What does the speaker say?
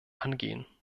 angehen